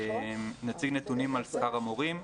נציג נתונים על שכר המורים,